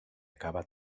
acaba